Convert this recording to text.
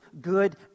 good